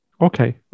Okay